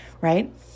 Right